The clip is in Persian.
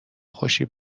خوشی